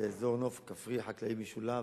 באזור נוף כפרי חקלאי משולב.